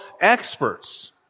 experts